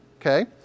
okay